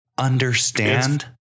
understand